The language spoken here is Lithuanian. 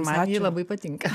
man ji labai patinka